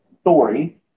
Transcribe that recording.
story